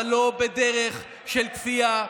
אבל לא בדרך של כפייה,